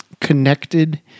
connected